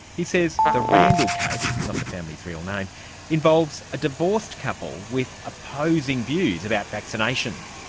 he says the randall case not the family's real name involves a divorced couple with opposing views about vaccination.